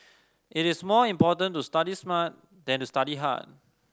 it is more important to study smart than to study hard